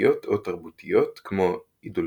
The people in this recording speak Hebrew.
דתיות או תרבותיות כמו עיד אול-פיטר,